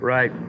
Right